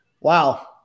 Wow